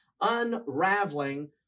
unraveling